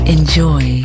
Enjoy